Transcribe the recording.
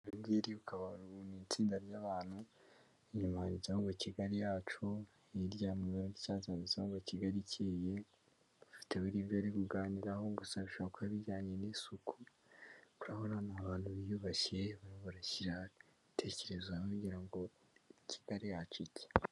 Iri ngiri ni itsinda ry'abantu, inyuma handitseho ngo Kigali yacu, hirya mu ibara ry'icyatsi handitseho ngo Kigali ikeye, bafite ibyo bari kuganiraho gusa bishobora kuba bijyanye n'isuku, kuko urabona ni abantu biyubashye barashyira ibitekerezo hamwe bagira ngo Kigali yacu icye.